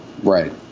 Right